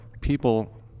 people